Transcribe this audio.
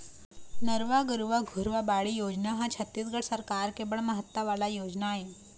नरूवा, गरूवा, घुरूवा, बाड़ी योजना ह छत्तीसगढ़ सरकार के बड़ महत्ता वाले योजना ऐ